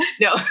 No